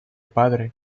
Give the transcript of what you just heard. padre